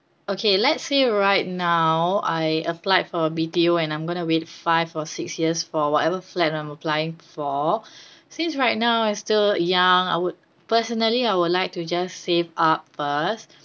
okay let's say right now I applied for a B_T_O and I'm going to wait five or six years for whatever flat I'm applying for since right now I still young I would personally I would like to just save up first